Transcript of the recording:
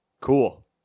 cool